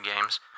games